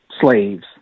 slaves